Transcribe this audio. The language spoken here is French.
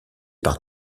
par